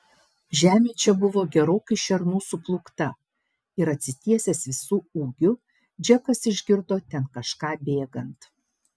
žemė čia buvo gerokai šernų suplūkta ir atsitiesęs visu ūgiu džekas išgirdo ten kažką bėgant